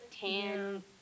tan